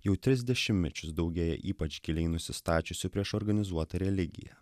jau tris dešimtmečius daugėja ypač giliai nusistačiusių prieš organizuotą religiją